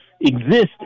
exist